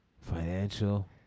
financial